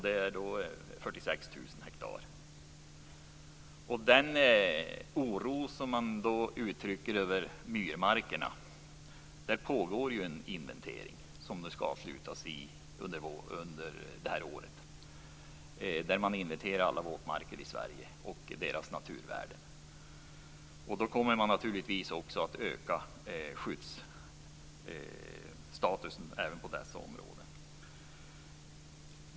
Det är 46 000 hektar. Beträffande den oro som uttrycks över myrmarkerna pågår en inventering som skall avslutas under året där man inventerar alla våtmarker i Sverige och deras naturvärden. Då kommer man naturligtvis också att öka skyddsstatusen även på dessa områden.